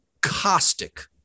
caustic